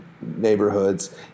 neighborhoods